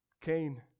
Cain